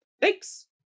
Thanks